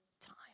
time